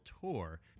Tour